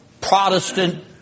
Protestant